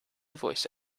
voice